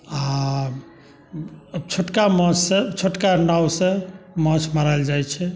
आ छोटका नावसँ माँछ मराएल जाइ छै